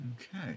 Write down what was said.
Okay